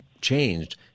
changed